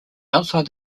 outside